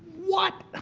what?